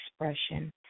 expression